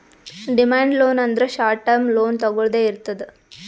demand loan ಅಂದ್ರ short term loan ತೊಗೊಳ್ದೆ ಇರ್ತದ್